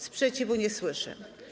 Sprzeciwu nie słyszę.